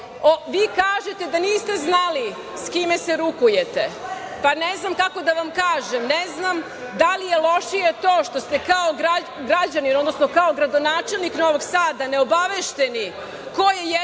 Kažete da niste znali sa kime se rukujete, pa ne znam kako da vam kažem, ne znam da li je lošije to što ste kao gradonačelnik Novog Sada neobavešteni ko je jedan